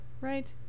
right